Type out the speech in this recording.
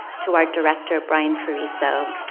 to our director, brian ferriso,